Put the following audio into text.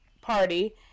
party